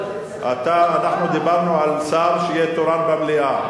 אנחנו דיברנו על שר שיהיה תורן במליאה.